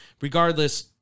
regardless